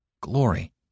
Glory